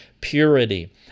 purity